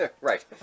Right